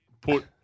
put